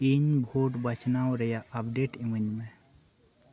ᱤᱧ ᱵᱷᱳᱴ ᱵᱟᱪᱷᱱᱟᱣ ᱨᱮᱭᱟᱜ ᱟᱯᱷᱰᱮᱴ ᱤᱢᱟ ᱧ ᱢᱮ